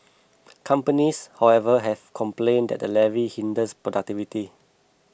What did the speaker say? companies however have complained that the levy hinders productivity